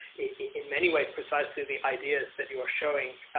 in many ways, precisely the ideas that you are showing,